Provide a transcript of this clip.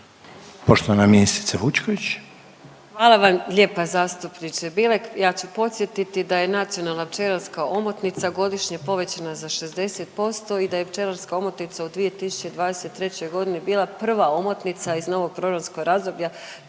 Marija (HDZ)** Hvala vam lijepa zastupniče Bilek. Ja ću podsjetiti da je nacionalna pčelarska omotnica godišnje povećana za 60% i da je pčelarska omotnica u 2023. g. bila prva omotnica iz novog programskog razdoblja